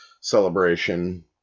celebration